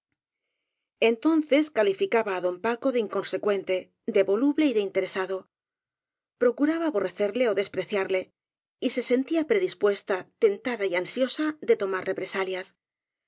entonces calificaba á don paco de inconsecuente de voluble y de interesado procuraba aborrecerle ó despreciarle y se sentía predispuesta tentada y ansiosa de tomar represalias